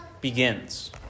begins